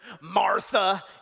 Martha